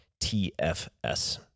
TFS